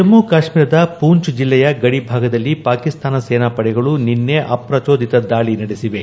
ಜಮ್ಮು ಕಾಶ್ಮೀರದ ಪೊಂಛ್ ಜಿಲ್ಲೆಯ ಗಡಿ ಭಾಗದಲ್ಲಿ ಪಾಕಿಸ್ತಾನ ಸೇನಾಪಡೆಗಳು ನಿನ್ನೆ ಅಪ್ರಚೋದಿತ ದಾಳಿ ನಡೆಸಿವೆ